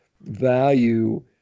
value